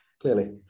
Clearly